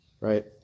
right